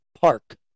Park